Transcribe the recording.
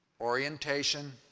Orientation